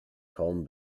kaum